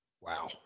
Wow